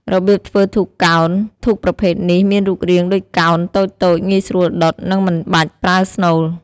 របៀបធ្វើធូបកោណ ធូបប្រភេទនេះមានរូបរាងដូចកោណតូចៗ ងាយស្រួលដុត និងមិនបាច់ប្រើស្នូល។